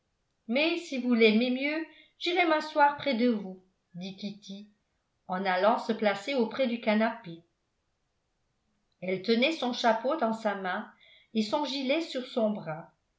mais si vous l'aimez mieux j'irai m'asseoir près de vous dit kitty en allant se placer auprès du canapé elle tenait son chapeau dans sa main et son gilet sur son bras